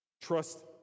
Trust